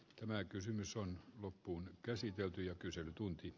tämä kysymys on loppuun käsitelty ja kyselytunti